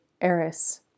Eris